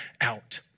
out